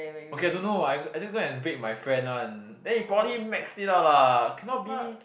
okay I don't know I I just go and vape my friend one then he probably max it out lah cannot be